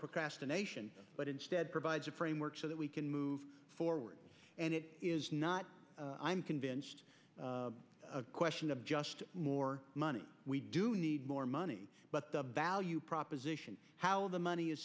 procrastination but instead provides a framework so that we can move forward and it is not i am convinced a question of just more money we do need more money but the value proposition how the money is